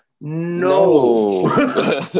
No